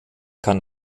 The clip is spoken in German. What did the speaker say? kann